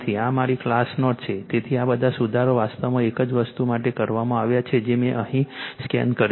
આ મારી class note છે તેથી બધા સુધારાઓ વાસ્તવમાં એક જ વસ્તુ માટે કરવામાં આવ્યા છે જે મેં તેને અહીં સ્કેન કર્યું છે